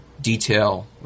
detail